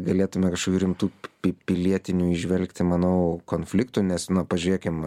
galėtume kažkokių rimtų pi pilietinių įžvelgti manau konfliktų nes na pažiūrėkim